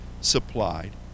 supplied